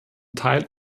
teil